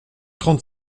trente